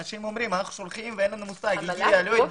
אנשים אומרים שהם שולחים ואין להם מושג אם הגיע או לא הגיע.